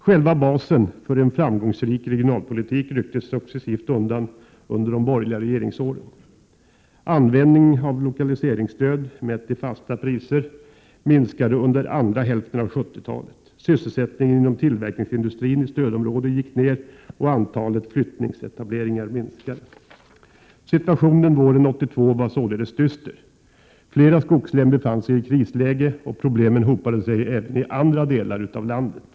Själva basen för en framgångsrik regionalpolitik rycktes successivt undan under de borgerliga regeringsåren. Användningen av lokaliseringsstöd — mätt i fasta priser — minskade under andra hälften av 1970-talet. Sysselsättningen inom tillverkningsindustrin i stödområdena gick ned, och antalet flyttningsetableringar minskade. Situationen våren 1982 var således dyster. Flera skogslän befann sig i krisläge, och problemen hopade sig även i andra delar av landet.